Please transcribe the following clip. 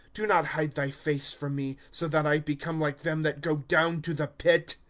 do not hide thy face from me, so that i become like them that go down to the pit.